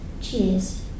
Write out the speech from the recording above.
Cheers